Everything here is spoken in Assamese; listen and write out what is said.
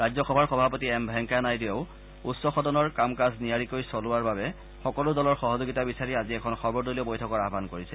ৰাজ্যসভাৰ সভাপতি এম ভেংকায়া নাইডুৰেও উচ্চ সদনৰ কামকাজ নিয়াৰিকৈ চলোৱা বাবে সকলো দলৰ সহযোগিতা বিচাৰি আজি এখন সৰ্বদলীয় বৈঠকৰ আয়ান কৰিছে